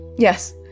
Yes